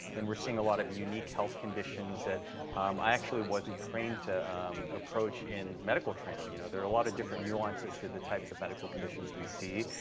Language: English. and we're seeing a lot of unique health conditions that i actually wasn't trained to approach in medical training. you know there are a lot of different nuances to the types of medical conditions we see.